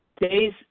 days